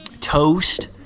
Toast